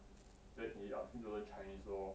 then he ask me to learn chinese lor